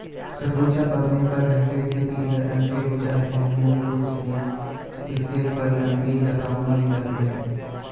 ख़रबूज़ा पकने पर हरे से पीले रंग के हो जाते है मूल रूप से इसके फल लम्बी लताओं में लगते हैं